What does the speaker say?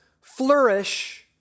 flourish